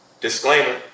Disclaimer